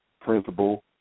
principal